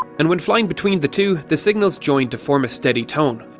and when flying between the two, the signals joined to form a steady tone.